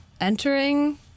entering